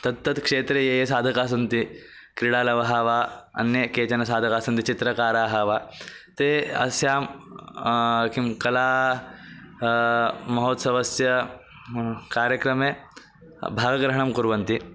तत्तत् क्षेत्रे ये ये साधकाः सन्ति क्रीडालवः वा अन्ये केचन साधकाः सन्ति चित्रकाराः वा ते अस्यां किं कला महोत्सवस्य कार्यक्रमे भागग्रहणं कुर्वन्ति